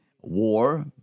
war